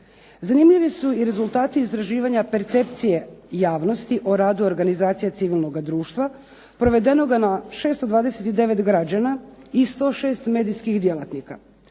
Zanimljivi su rezultati istraživanja percepcije javnosti o radu Organizacije civilnog društva provedenog na 629 građana i 106 medijskih djelatnika